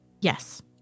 Yes